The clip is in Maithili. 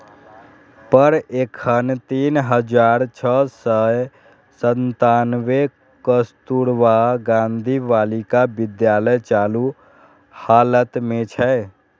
पर एखन तीन हजार छह सय सत्तानबे कस्तुरबा गांधी बालिका विद्यालय चालू हालत मे छै